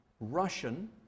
Russian